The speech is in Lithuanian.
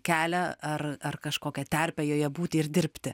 kelią ar ar kažkokią terpę joje būti ir dirbti